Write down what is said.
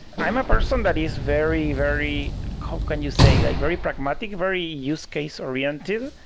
i'm a person that is very, very how can you say? like very pragmatic. very use case oriented.